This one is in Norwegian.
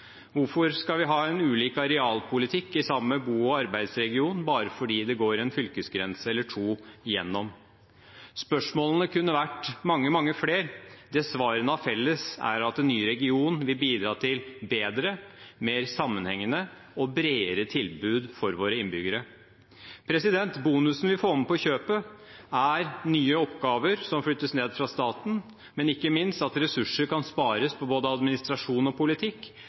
Hvorfor skal vi ha ulik arealpolitikk i samme bo- og arbeidsregion bare fordi det går en fylkesgrense eller to igjennom. Spørsmålene kunne vært mange flere. Det svarene har felles, er at den nye regionen vil bidra til bedre, mer sammenhengende og bredere tilbud for våre innbyggere. Bonusen vi får med på kjøpet, er nye oppgaver som flyttes ned fra staten, men ikke minst at ressurser kan spares på både administrasjon og politikk